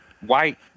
white